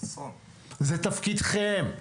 זה תפקידכם.